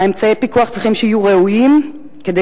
אמצעי הפיקוח צריכים שיהיו ראויים כדי